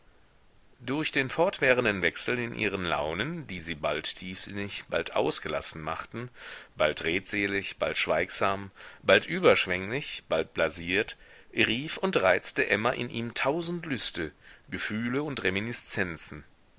durch den fortwährenden wechsel in ihren launen die sie bald tiefsinnig bald ausgelassen machten bald redselig bald schweigsam bald überschwenglich bald blasiert rief und reizte emma in ihm tausend lüste gefühle und reminiszenzen